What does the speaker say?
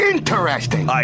Interesting